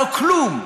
לא כלום,